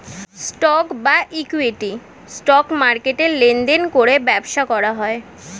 stock বা equity, stock মার্কেটে লেনদেন করে ব্যবসা করা হয়